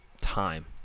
time